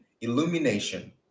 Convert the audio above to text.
illumination